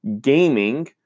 gaming